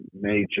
major